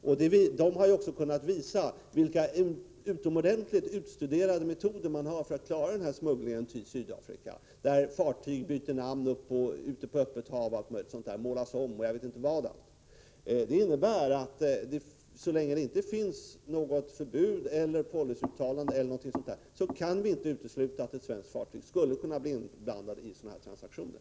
Denna organisation har kunnat visa vilka utomordentligt utstuderade metoder som förekommer för att klara smugglingen till Sydafrika — fartyg byter namn ute på öppet hav, och fartyg målas om, m.m. Det innebär att så länge det inte råder förbud och så länge något policyuttalande inte har gjorts kan vi inte utesluta att ett svenskt fartyg skulle kunna bli inblandat i sådana här transaktioner.